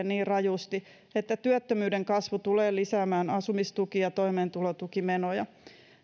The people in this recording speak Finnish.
niin rajusti että työttömyyden kasvu tulee lisäämään asumistuki ja toimeentulotukimenoja